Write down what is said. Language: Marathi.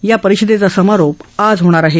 या परिषदेचा समारोप आज होणार आहे